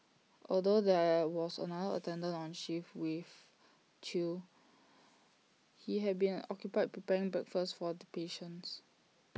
although there was another attendant on shift with Thu he had been occupied preparing breakfast for the patients